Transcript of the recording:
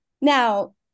Now